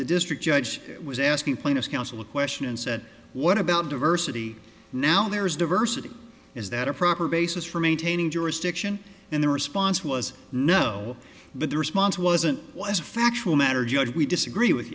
the district judge was asking plaintiff's counsel a question and said what about diversity now there is diversity is that a proper basis for maintaining jurisdiction and the response was no but the response wasn't as factual matter judge we disagree with